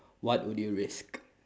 what would you risk